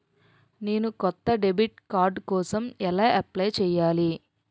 నేను కొత్త debit card కోసం ఎలా అప్లయ్ చేయాలి?